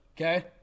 Okay